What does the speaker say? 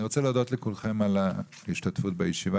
אני רוצה להודות לכולכם על ההשתתפות בישיבה.